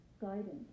guidance